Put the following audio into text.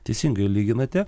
teisingai lyginate